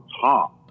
top